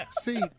See